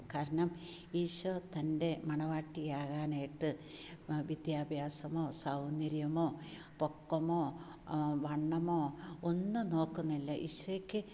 കാരണം ഈശോ തൻ്റെ മണവാട്ടിയാകാനായിട്ട് വിദ്യഭ്യാസമോ സൗന്ദര്യമോ പൊക്കമോ വണ്ണമോ ഒന്നും നോക്കുന്നില്ല ഈശോയ്ക്ക്